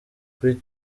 kuri